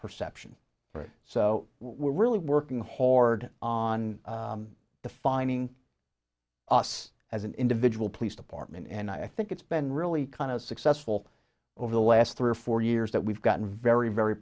perception so we're really working hard on defining us as an individual police department and i think it's been really kind of successful over the last three or four years that we've gotten very very